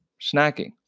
snacking